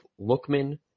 Lookman